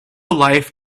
life